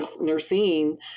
nursing